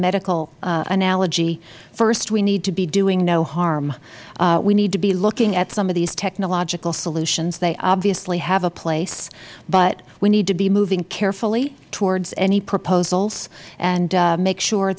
medical analogy first we need to be doing no harm we need to be looking at some of these technological solutions they obviously have a place but we need to be moving carefully towards any proposals and make sure